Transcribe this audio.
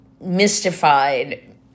mystified